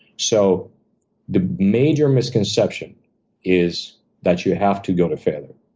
so the major misconception is that you have to go to failure.